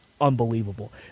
unbelievable